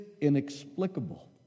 inexplicable